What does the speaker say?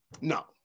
no